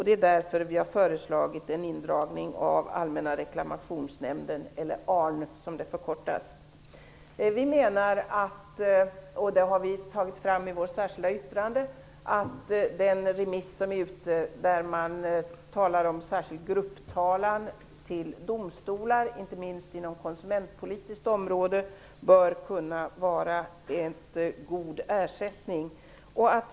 Det är därför vi har föreslagit en indragning av Allmänna reklamationsnämnden, eller ARN, som det förkortas. Vi menar - och det har vi tagit fram i vårt särskilda yttrande - att det förslag som är ute på remiss, där man talar om särskild grupptalan till domstolar, inte minst inom konsumentpolitiskt område, bör kunna vara en god ersättning.